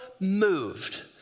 moved